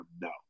no